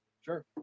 Sure